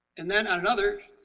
and then another.